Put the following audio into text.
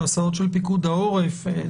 הסעות של פיקוד העורף.